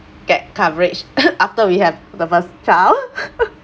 get coverage after we have the first child